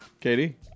Katie